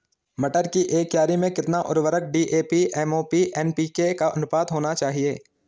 मटर की एक क्यारी में कितना उर्वरक डी.ए.पी एम.ओ.पी एन.पी.के का अनुपात होना चाहिए?